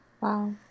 Wow